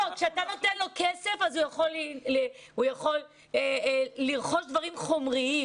כשאתה נותן לו כסף אז הוא יכול לרכוש דברים חומריים,